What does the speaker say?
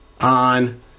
on